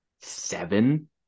seven